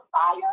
fire